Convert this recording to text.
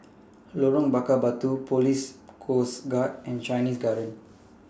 Lorong Bakar Batu Police Coast Guard and Chinese Garden